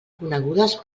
conegudes